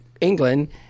England